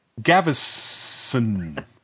Gavison